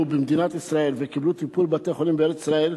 במדינת ישראל וקיבלו טיפול בבתי-חולים בארץ-ישראל,